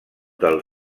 del